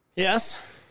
Yes